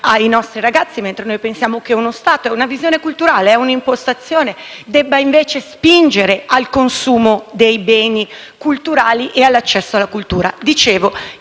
ai nostri ragazzi, mentre noi pensiamo che uno Stato - è una visione culturale, è un'impostazione - debba invece spingere al consumo dei beni culturali e all'accesso alla cultura. Parlavo